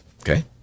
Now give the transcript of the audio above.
Okay